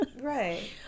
Right